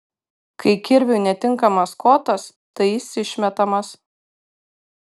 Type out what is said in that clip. kai kirviui netinkamas kotas tai jis išmetamas